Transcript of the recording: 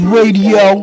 Radio